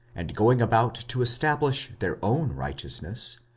and going about to establish their own righteousness,